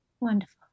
Wonderful